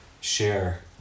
share